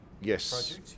Yes